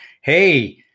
Hey